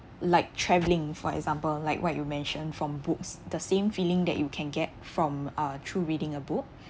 like traveling for example like what you mentioned from books the same feeling that you can get from uh through reading a book